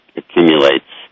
accumulates